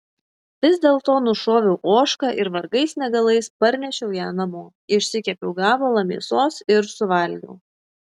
vis dėlto nušoviau ožką ir vargais negalais parnešiau ją namo išsikepiau gabalą mėsos ir suvalgiau